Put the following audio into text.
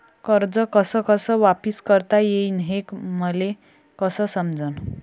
कर्ज कस कस वापिस करता येईन, हे मले कस समजनं?